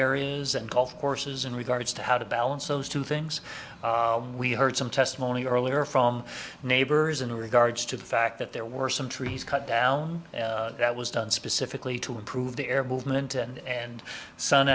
areas and golf courses in regards to how to balance those two things we heard some testimony earlier from neighbors in regards to the fact that there were some trees cut down that was done specifically to improve the air movement and